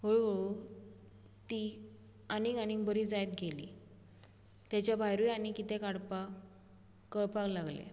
हळू हळू ती आनीक आनीक बरी जायत गेली तेच्या भायरुय आनीक कितें काडपाक कळपाक लागले